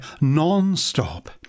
non-stop